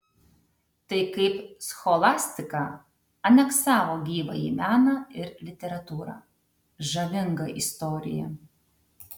tai kaip scholastika aneksavo gyvąjį meną ir literatūrą žavinga istorija